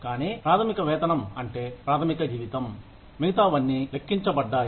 కానీ ప్రాథమిక వేతనం అంటే ప్రాథమిక జీవితం మిగతావన్నీ లెక్కించబడ్డాయి